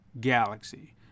galaxy